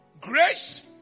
Grace